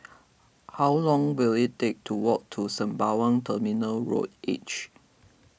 how long will it take to walk to Sembawang Terminal Road H